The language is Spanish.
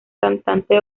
cantante